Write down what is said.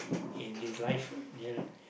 in this life yeah